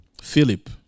Philip